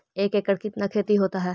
एक एकड़ कितना खेति होता है?